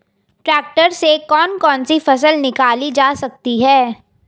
Tractor से कौन कौनसी फसल निकाली जा सकती हैं?